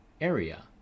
area